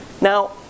Now